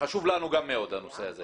חשוב לנו גם מאוד הנושא הזה.